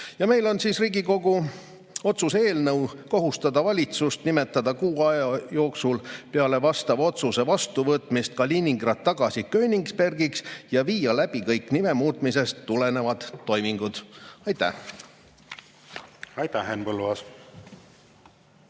Meil on Riigikogu otsuse eelnõu kohustada valitsust nimetama kuu aja jooksul peale vastava otsuse vastuvõtmist Kaliningrad tagasi Königsbergiks ja viia läbi kõik nime muutmisest tulenevad toimingud. Aitäh! Aitäh, Henn Põlluaas!